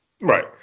Right